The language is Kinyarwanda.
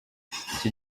iki